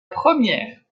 première